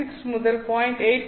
6 முதல் 0